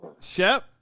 Shep